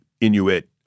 Inuit